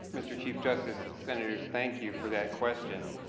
mr. chief justice. senators, thank you for that question.